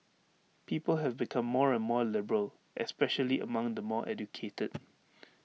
people have become more and more liberal especially among the more educated